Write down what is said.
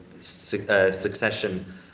succession